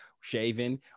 shaving